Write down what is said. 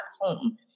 home